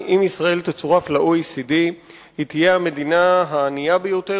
אם ישראל תצורף ל-OECD היא תהיה המדינה הענייה ביותר